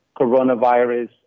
coronavirus